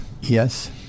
Yes